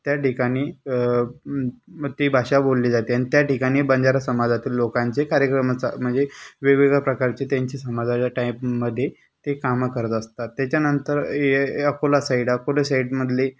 त्या ठिकाणी मग ती भाषा बोलली जाते आणि त्या ठिकाणी बंजारा समाजातील लोकांचे कार्यक्रम चाल म्हणजे वेगवेगळ्या प्रकारची त्यांच्या समाजाच्या टाईपमध्ये ते कामं करत असतात त्याच्यानंतर अकोला साईड अकोला साईडमधले